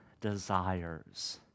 desires